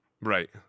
right